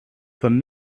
von